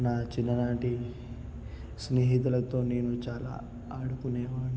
నా చిన్ననాటి స్నేహితులతో నేను చాలా ఆడుకునే వాడిని